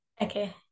Okay